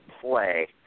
play